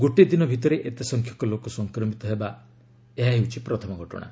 ଗୋଟିଏ ଦିନ ଭିତରେ ଏତେ ସଂଖ୍ୟକ ଲୋକ ସଂକ୍ରମିତ ହେବା ମଧ୍ୟ ଏହା ପ୍ରଥମ ଘଟଣା